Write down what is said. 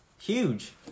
Huge